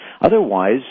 Otherwise